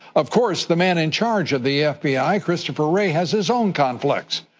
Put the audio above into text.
of course the man in charge of the fbi christopher wray has his own conflicts.